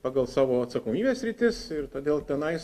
pagal savo atsakomybės sritis ir todėl tenais